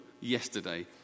yesterday